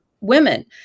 women